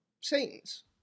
Satan's